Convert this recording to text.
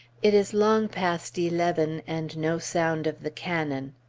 it is long past eleven, and no sound of the cannon.